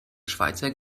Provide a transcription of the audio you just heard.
schweizer